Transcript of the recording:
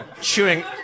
chewing